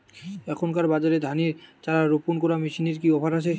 এখনকার বাজারে ধানের চারা রোপন করা মেশিনের কি অফার আছে?